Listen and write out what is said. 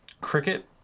cricket